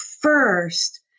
first